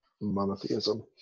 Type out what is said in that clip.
monotheism